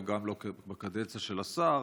וגם לא בקדנציה של השר,